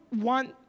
want